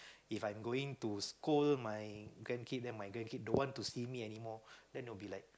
if I'm going to scold my grandkid then my grandkid don't want to see me anymore that will be like